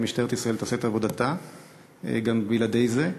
ומשטרת ישראל תעשה את עבודתה גם בלי זה.